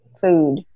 food